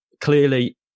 clearly